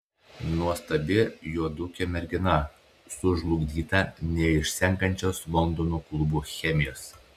nuostabi juodukė mergina sužlugdyta neišsenkančios londono klubų chemijos